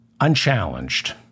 unchallenged